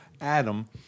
Adam